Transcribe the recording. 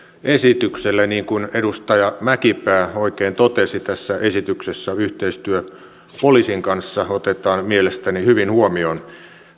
esitykselle niin kuin edustaja mäkipää oikein totesi tässä esityksessä yhteistyö poliisin kanssa otetaan mielestäni hyvin huomioon